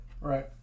Right